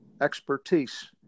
expertise